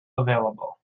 available